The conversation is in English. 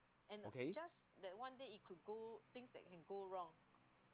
okay